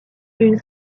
une